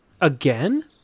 Again